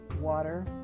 water